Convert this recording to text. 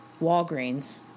Walgreens